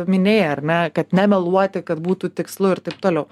minėjai ar ne kad nemeluoti kad būtų tikslu ir taip toliau